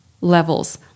levels